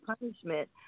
punishment